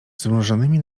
zmrużonymi